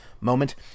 moment